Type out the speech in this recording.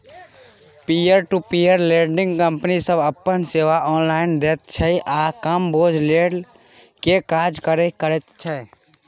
peer to peer lending company सब अपन सेवा ऑनलाइन दैत छै आ कम बोझ लेइ के काज करे करैत छै